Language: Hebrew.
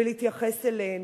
ולהתייחס אליהן.